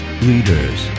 Leaders